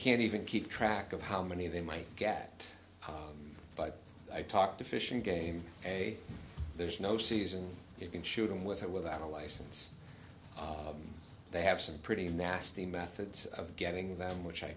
can't even keep track of how many they might get but i talk to fish and game a there's no season you can shoot them with or without a license they have some pretty nasty methods of getting them which i